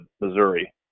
Missouri